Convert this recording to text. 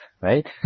right